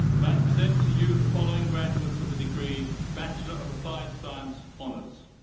may i present to you the following graduates of the degree bachelor of applied science honours.